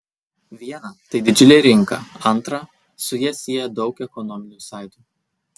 viena tai didžiulė rinka antra su ja sieja daug ekonominių saitų